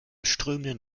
strömenden